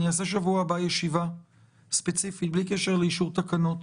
אעשה שבוע הבא ישיבה ספציפית ובלי קשר לאישור תקנות